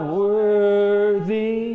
worthy